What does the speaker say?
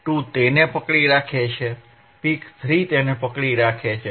2 તેને પકડી રાખે છે પિક 3 તેને પકડી રાખે છે